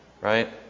right